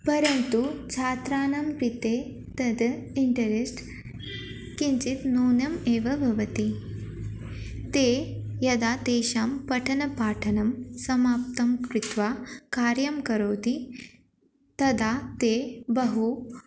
परन्तु छात्राणां कृते तद् इण्टरेष्ट् किञ्चित् न्यूनम् एव भवति ते यदा तेषां पठनपाठनं समाप्तं कृत्वा कार्यं करोति तदा ते बहु